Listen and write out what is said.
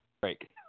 break